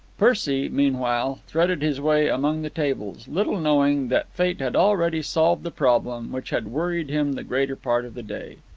percy, meanwhile, threaded his way among the tables, little knowing that fate had already solved the problem which had worried him the greater part of the day.